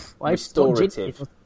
restorative